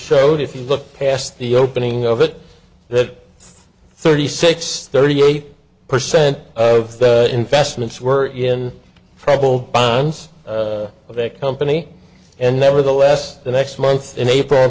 showed if you look past the opening of it that thirty six thirty eight percent of the investments were in federal bonds of a company and nevertheless the next month in april